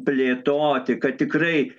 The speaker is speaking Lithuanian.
plėtoti kad tikrai